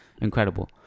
incredible